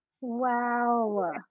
Wow